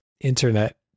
internet